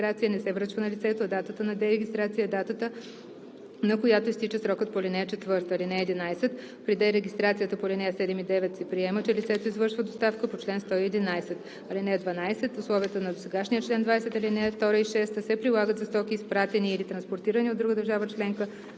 111. (12) Условията на досегашния чл. 20, ал. 2 и 6 се прилагат за стоки, изпратени или транспортирани от друга държава членка